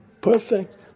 perfect